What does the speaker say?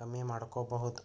ಕಮ್ಮಿ ಮಾಡ್ಕೊಬಹುದ್